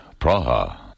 Praha